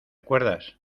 acuerdas